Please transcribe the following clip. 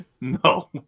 No